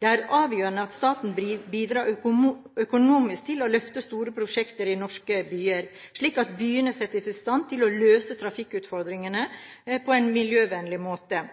Det er avgjørende at staten bidrar økonomisk til å løfte store prosjekter i norske byer, slik at byene settes i stand til å løse trafikkutfordringene på en miljøvennlig måte.